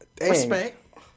Respect